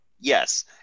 Yes